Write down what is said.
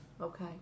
Okay